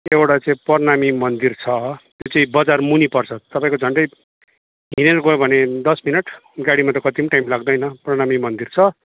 एउटा त्यो प्रणामी मन्दिर छ त्यो चाहिँ बजारमुनि पर्छ तपाईँको झन्डै हिँडेर गयो भने दस मिनट गाडीमा गयो भने कति पनि टाइम लाग्दैन प्रणामी मन्दिर छ